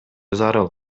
зарыл